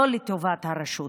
לא לטובת הרשות.